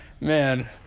Man